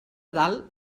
dalt